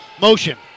motion